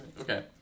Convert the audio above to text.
Okay